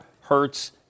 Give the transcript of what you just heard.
hurts